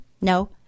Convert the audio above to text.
No